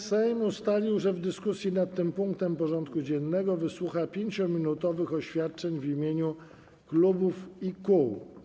Sejm ustalił, że w dyskusji nad tym punktem porządku dziennego wysłucha 5-minutowych oświadczeń w imieniu klubów i kół.